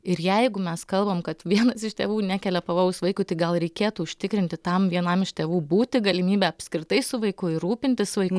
ir jeigu mes kalbam kad vienas iš tėvų nekelia pavojaus vaikui tai gal reikėtų užtikrinti tam vienam iš tėvų būti galimybę apskritai su vaiku ir rūpintis vaiku